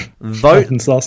vote